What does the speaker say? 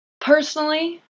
personally